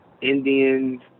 Indians